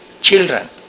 children